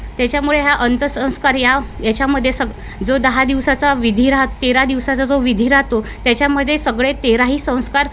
त्याच्यामुळे ह्या अंतसंस्कार याच्यामध्ये सग जो दहा दिवसाचा विधी राह तेरा दिवसाचा जो विधी राहतो त्याच्यामध्ये सगळे तेराही संस्कार